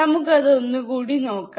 നമുക്ക് അത് ഒന്നുകൂടി നോക്കാം